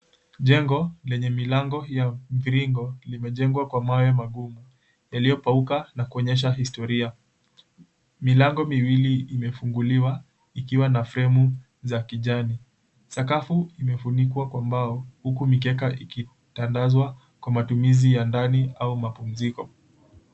Jengo lenye milango ya mviringo limejengwa kwa mawe magumu yaliyopauka na kuonyeshwa historia. Milango miwili imefunguliwa ikiwa na fremu za kijani. Sakafu imefunikwa kwa mbao huku mikeka ikitandazwa kwa matumizi ya ndani au mapumziko.